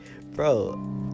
bro